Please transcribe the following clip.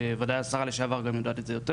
וודאי השרה לשעבר גם יודעת את זה יותר